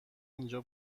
اینجا